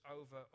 over